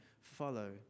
follow